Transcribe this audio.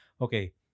Okay